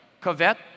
covet